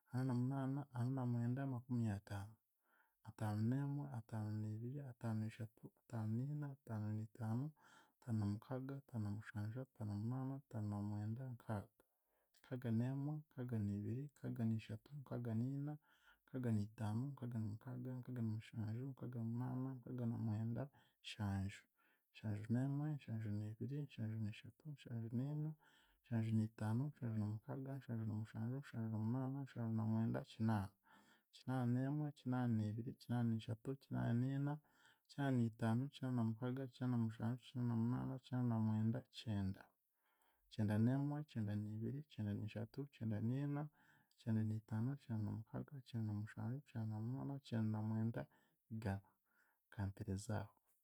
Ananamunaana, Ananamwenda, Makumyataano, Ataanoneemwe, Ataanoniibiri, Ataanoniishatu, Ataanoniina, Ataanoniitaano, Ataanonamukaaga, Ataanonamushanju, Ataanonamunaana, Ataanonamwenda, Nkaaga, Nkaaganeemwe, Nkaaganiibiri, Nkaaganiishatu, Nkaaganiina, Nkaaganiitaano, Nkaaganamukaaga, Nkaaganamushanju, Nkaaganamunaana, Nkaaganamwenda, Nshanju, Nshanjuneemwe, Nshanjuniibiri, Nshanjuniishatu, Nshanjuniina, Nshanjuniitaano, Nshanjunamukaaga, Nshanjunamushanju, Nshanjunamunaamu, Nshanjunamwenda, Kinaana, Kinaananeemwe, Kinaananiibiri, Kinaananiishatu, Kinaananiina, Kinaananiitaano, Kinaananamukaaga, Kinaananamushanju, Kinaananamunaana, Kinaananamwenda, Kyenda, Kyendaneemwe, Kyendaniibiri, Kyendaniishatu, Kyendaniina, Kyendaniitaano, Kyendanamukaaga, Kyendanamushanju, Kyendanamunaana, Kyendanamwenda, Igana. Kampereze aho.